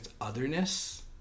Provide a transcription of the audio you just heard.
otherness